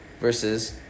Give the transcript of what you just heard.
versus